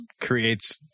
creates